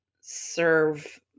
serve